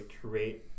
create